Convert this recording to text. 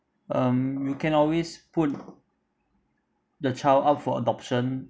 um you can always put the child up for adoption